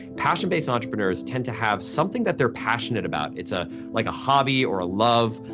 passion-based entrepreneurs tend to have something that they're passionate about. it's ah like a hobby or a love,